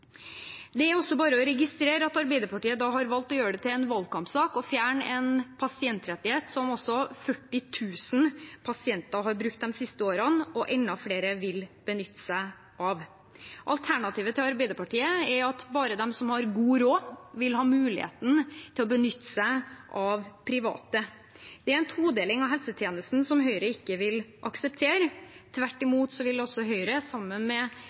Det er bare å registrere at Arbeiderpartiet har valgt å gjøre det til en valgkampsak å fjerne en pasientrettighet som 40 000 pasienter har brukt de siste årene, og som enda flere vil benytte seg av. Alternativet til Arbeiderpartiet er at bare de som har god råd, vil ha mulighet til å benytte seg av private. Det er en todeling av helsetjenesten som Høyre ikke vil akseptere – tvert imot vil Høyre, sammen med